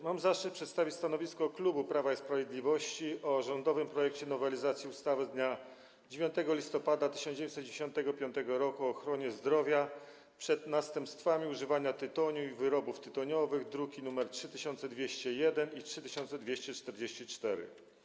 Mam zaszczyt przedstawić stanowisko klubu Prawo i Sprawiedliwość wobec rządowego projektu nowelizacji ustawy z dnia 9 listopada 1995 r. o ochronie zdrowia przed następstwami używania tytoniu i wyrobów tytoniowych, druki nr 3201 i 3244.